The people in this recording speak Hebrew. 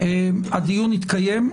הדיון יתקיים.